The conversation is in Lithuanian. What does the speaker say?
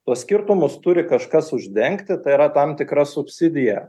tuos skirtumus turi kažkas uždengti tai yra tam tikra subsidija